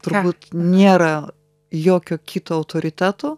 turbūt nėra jokio kito autoriteto